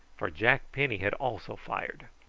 for jack penny had also fired.